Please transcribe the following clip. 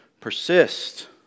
persist